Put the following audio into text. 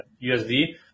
USD